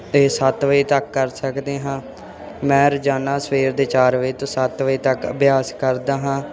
ਇਹ ਸੱਤ ਵਜੇ ਤੱਕ ਕਰ ਸਕਦੇ ਹਾਂ ਮੈਂ ਰੋਜ਼ਾਨਾ ਸਵੇਰੇ ਦੇ ਚਾਰ ਵਜੇ ਤੋਂ ਸੱਤ ਵਜੇ ਤੱਕ ਅਭਿਆਸ ਕਰਦਾ ਹਾਂ